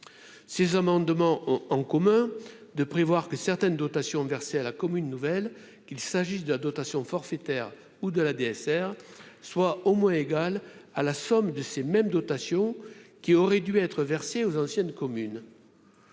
ces amendements ont en commun de prévoir que certaines dotations versées à la commune nouvelle qu'il s'agisse de la dotation forfaitaire ou de la DSR, soit au moins égale à la somme de ces mêmes dotations qui aurait dû être versé aux anciennes communes